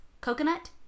coconut